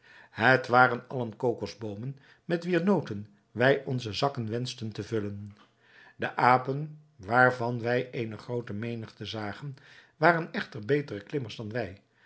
het waren allen kokosboomen met wier noten wij onze zakken wenschten te vullen de apen waarvan wij eene groote menigte zagen waren echter betere klimmers dan wij